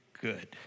good